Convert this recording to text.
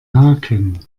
haken